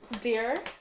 Dear